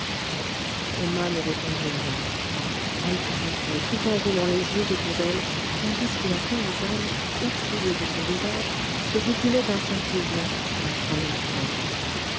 emma ne répondit rien elle haletait tout en roulant les yeux autour d'elle tandis que la paysanne effrayée de son visage se reculait instinctivement la croyant folle